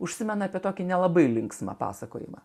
užsimena apie tokį nelabai linksmą pasakojimą